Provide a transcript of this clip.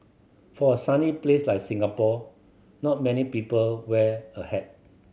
for a sunny place like Singapore not many people wear a hat